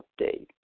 update